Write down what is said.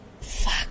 fuck